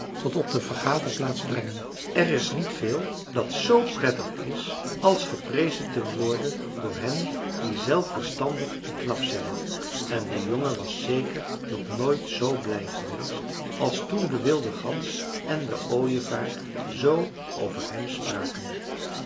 tot op de vergaderplaats brengen er is niet veel dat z prettig is als geprezen te worden door hen die zelf verstandig en knap zijn en de jongen was zeker nog nooit zoo blij geweest als toen de wilde gans en de ooievaar zoo over hem spraken